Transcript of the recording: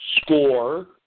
score